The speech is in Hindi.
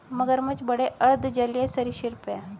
मगरमच्छ बड़े अर्ध जलीय सरीसृप हैं